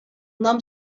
nom